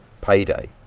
payday